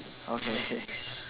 okay